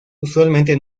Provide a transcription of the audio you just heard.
usualmente